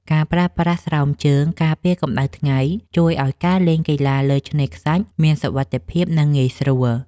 ការប្រើប្រាស់ស្រោមជើងការពារកម្ដៅថ្ងៃជួយឱ្យការលេងកីឡាលើឆ្នេរខ្សាច់មានសុវត្ថិភាព និង ងាយស្រួល។